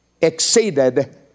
Exceeded